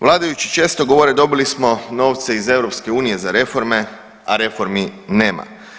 Vladajući često govore dobili smo novce iz EU za reforme, a reformi nema.